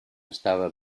estava